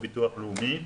מה שאמרו על ביטוח לאומי,